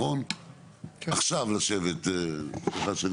לשבת עכשיו עם רעות כי תומר יהיה עסוק פה בישיבה נוספת.